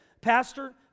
Pastor